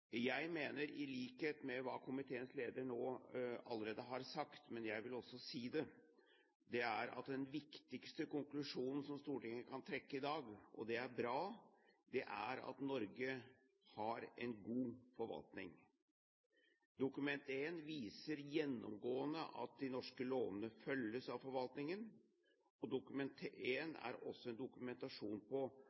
Jeg mener – i likhet med det komiteens leder, som nå allerede har sagt det, men jeg vil også si det – at den viktigste konklusjonen som Stortinget kan trekke i dag, og det er bra, er at Norge har en god forvaltning. Dokument 1 viser gjennomgående at de norske lovene følges av forvaltningen. Dokument 1 er også en dokumentasjon på